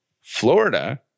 Florida